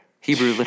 Hebrew